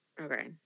okay